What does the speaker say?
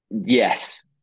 yes